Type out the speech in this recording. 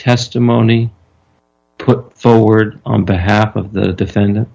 testimony put forward on behalf of the defendant